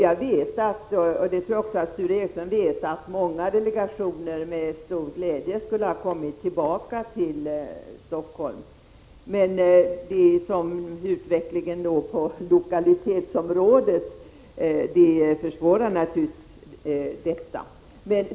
Jag vet att — och det tror jag att även Sture Ericson vet — många delegationer med stor glädje skulle ha kommit tillbaka till Stockholm. Men utvecklingen på lokalitetsområdet försvårar naturligtvis detta.